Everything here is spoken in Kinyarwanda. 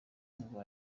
ngo